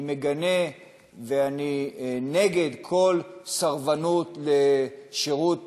אני מגנה ואני נגד כל סרבנות לשירות